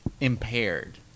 impaired